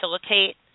facilitate